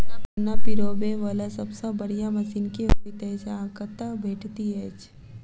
गन्ना पिरोबै वला सबसँ बढ़िया मशीन केँ होइत अछि आ कतह भेटति अछि?